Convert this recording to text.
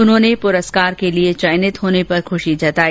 उन्होंने पुरस्कार के लिए चेयनित होने पर खुशी जताई